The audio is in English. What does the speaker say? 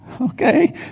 Okay